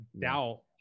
doubt